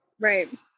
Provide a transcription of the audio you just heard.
Right